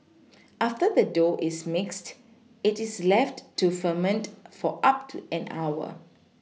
after the dough is mixed it is left to ferment for up to an hour